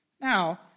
Now